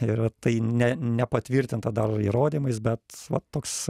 ir tai ne nepatvirtinta dar įrodymais bet vat toks